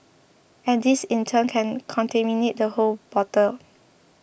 and this in turn can contaminate the whole bottle